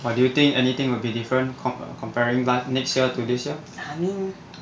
what do you think anything would be different comp~ comparing life next year to this year